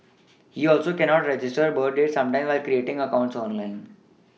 he also cannot register birth date sometimes when creating accounts online